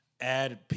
add